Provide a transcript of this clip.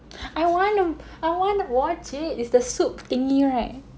I wanna I wanna watch it it's the SOOP thingy right